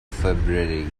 february